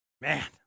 man